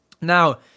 Now